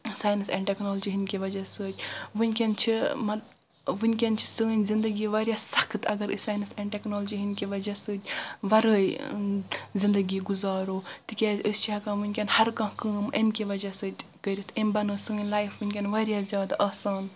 science and technology ہندۍ کہِ وجہِ سۭتۍ ونکیٚن چھِ مان ونکیٚن چھِ سٲنۍ زنٛدگی واریاہ سخٕت اگر أسۍ ساینس اینٛڈ ٹیٚکنالجی ہنٛدۍ کہِ وجہِ سۭتۍ ورٲے زنٛدگی گزارَو تہِ کیاز أسۍ چھِ ہیٚکان ونکیٚن ہر کانٛہہ کٲم امہِ کہِ وجہِ سۭتۍ کٔرتھ أمۍ بنٲو سٲنۍ لایف ونکیٚن واریاہ زیادٕ آسان